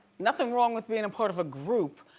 nothing wrong with being part of a group,